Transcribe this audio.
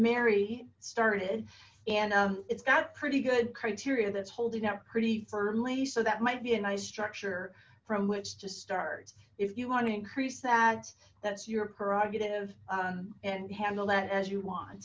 mary started and it's got pretty good criteria that's holding up pretty firmly so that might be a nice structure from which to start if you want to increase that that's your prerogative and handle that as you want